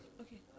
Okay